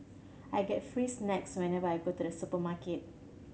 I get free snacks whenever I go to the supermarket